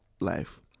life